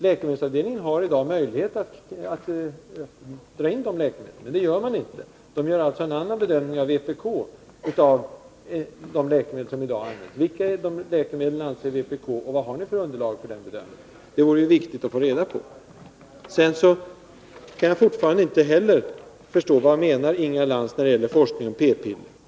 Läkemedelsavdelningen har i dag möjlighet att dra in de läkemedlen, men det gör man inte. Där gör man alltså en annan bedömning än vpk av de läkemedel som i dag används. Alltså: Vilka är dessa läkemedel, enligt vpk, och vad har ni för underlag för er bedömning? Sedan kan jag fortfarande inte förstå vad Inga Lantz menar när det gäller forskning om p-piller.